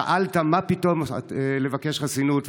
שאלת: מה פתאום לבקש חסינות?